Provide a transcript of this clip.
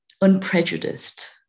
unprejudiced